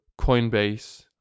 Coinbase